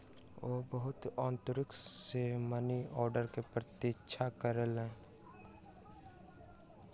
ओ बहुत आतुरता सॅ मनी आर्डर के प्रतीक्षा कयलैन